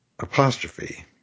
apostrophe